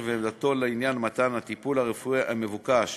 ועמדתו לעניין מתן הטיפול הרפואי המבוקש